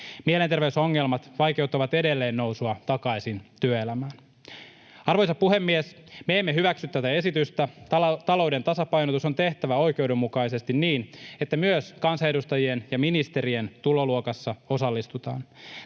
Mielenterveysongelmat vaikeuttavat edelleen nousua takaisin työelämään. Arvoisa puhemies! Me emme hyväksy tätä esitystä. Talouden tasapainotus on tehtävä oikeudenmukaisesti niin, että myös kansanedustajien ja ministerien tuloluokassa osallistutaan.